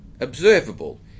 observable